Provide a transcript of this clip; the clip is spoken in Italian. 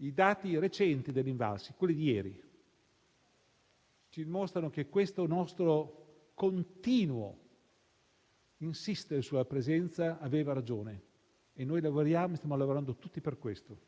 I dati recenti dell'Invalsi, quelli di ieri, dimostrano che questo nostro continuo insistere sulla presenza aveva ragione e noi lavoriamo e stiamo lavorando tutti per questo.